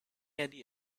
idea